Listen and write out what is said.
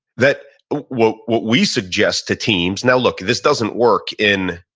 that what what we suggest to teams, now look, this doesn't work in,